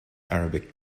arabic